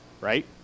right